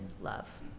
love